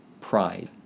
Pride